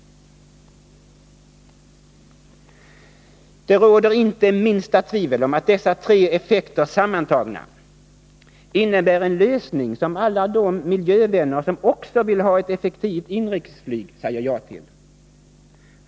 Det råder inte minsta tvivel om att dessa tre effekter sammantagna innebär en lösning som alla de miljövänner som också vill ha ett effektivt inrikesflyg Nr 53 säger ja till.